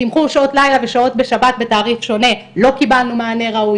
תימחור שעות לילה ושעות בשבת בתעריף שונה לא קיבלנו מענה ראוי.